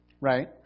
right